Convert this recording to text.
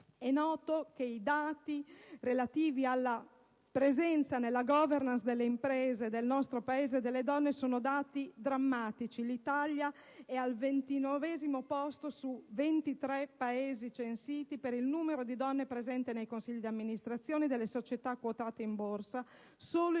È noto che i dati relativi alla presenza delle donne nella *governance* delle imprese del nostro Paese sono drammatici: l'Italia è al 29° posto su 33 Paesi censiti per numero di donne presenti nei consigli di amministrazione delle società quotate in borsa.